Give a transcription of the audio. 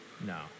No